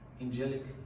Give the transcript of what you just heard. angelic